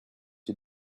you